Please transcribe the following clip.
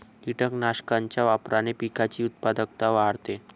कीटकनाशकांच्या वापराने पिकाची उत्पादकता वाढते